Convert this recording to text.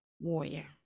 warrior